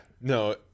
no